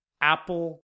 Apple